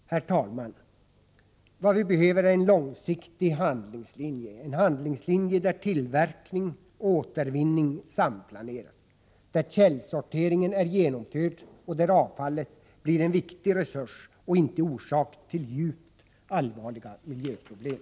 Herr talman! Vad vi behöver är en långsiktig handlingslinje, en handlingslinje där tillverkning och återvinning samplaneras, där källsorteringen är genomförd och där avfallet blir en viktig resurs och inte orsak till djupt allvarliga miljöproblem.